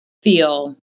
feel